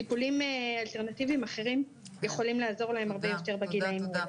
טיפולים אלטרנטיביים אחרים יכולים לעזור להם הרבה יותר בגילאים האלה.